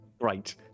Right